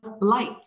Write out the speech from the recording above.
light